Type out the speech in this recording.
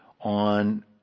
on